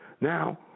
Now